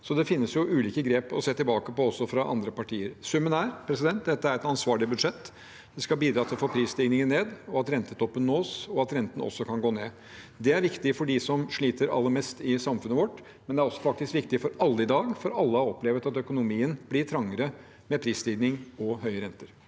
Så det finnes ulike grep å se tilbake på også for andre partier. Summen er at dette er et ansvarlig budsjett. Det skal bidra til å få prisstigningen ned, og at rentetoppen nås, og at renten også kan gå ned. Det er viktig for dem som sliter aller mest i samfunnet vårt, men det er faktisk viktig for alle i dag, for alle har opplevd at økonomien blir trangere med prisstigning og høye renter.